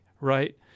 right